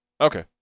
Okay